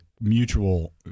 mutual